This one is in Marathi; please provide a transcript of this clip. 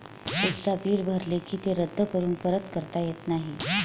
एकदा बिल भरले की ते रद्द करून परत करता येत नाही